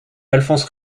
alphonse